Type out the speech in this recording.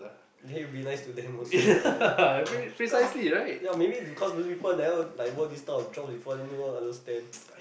then you'll be nice to them also right ya cause ya maybe because people never like work these type of jobs before then won't understand